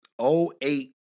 08